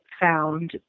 found